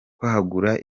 kwagura